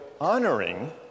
honoring